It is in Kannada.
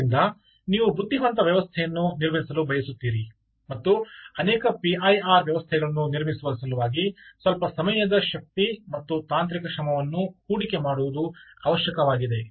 ಆದ್ದರಿಂದ ನೀವು ಬುದ್ಧಿವಂತ ವ್ಯವಸ್ಥೆಯನ್ನು ನಿರ್ಮಿಸಲು ಬಯಸುತ್ತೀರಿ ಮತ್ತು ಅನೇಕ ಪಿಐಆರ್ ವ್ಯವಸ್ಥೆಗಳನ್ನು ನಿರ್ಮಿಸುವ ಸಲುವಾಗಿ ಸ್ವಲ್ಪ ಸಮಯದ ಶಕ್ತಿ ಮತ್ತು ತಾಂತ್ರಿಕ ಶ್ರಮವನ್ನು ಹೂಡಿಕೆ ಮಾಡುವುದು ಅವಶ್ಯಕವಾಗಿದೆ